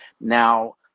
Now